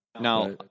Now